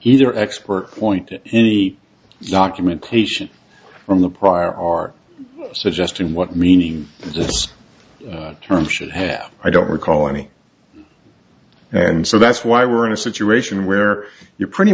either expert point to any documentation from the prior are suggesting what meaning this term should have i don't recall any and so that's why we're in a situation where you pretty